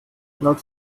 laut